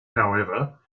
however